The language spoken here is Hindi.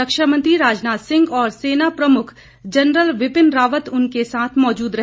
रक्षा मंत्री राजनाथ सिंह और सेना प्रमुख जनरल विपिन रावत उनके साथ मौजूद रहे